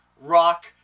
rock